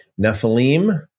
Nephilim